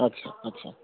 আচ্ছা আচ্ছা